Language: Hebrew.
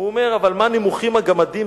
הוא אומר: "אבל מה נמוכים הגמדים,